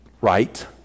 right